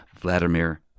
Vladimir